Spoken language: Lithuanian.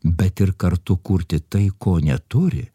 bet ir kartu kurti tai ko neturi